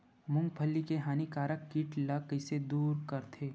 मूंगफली के हानिकारक कीट ला कइसे दूर करथे?